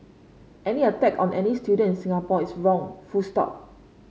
any attack on any student in Singapore is wrong full stop